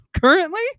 currently